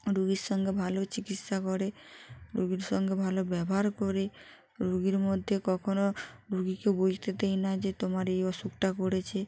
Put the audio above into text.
রোগীর সঙ্গে ভালো চিকিৎসা করে রোগীর সঙ্গে ভালো ব্যবহার করে রোগীর মধ্যে কখনও রোগীকে বুঝতে দেয় না যে তোমার এই অসুখটা করেছে